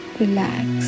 relax